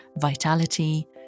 vitality